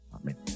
Amen